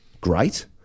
great